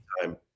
time